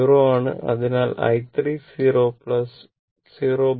ആണ് അതിനാൽ i 3 0 10